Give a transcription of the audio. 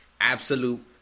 absolute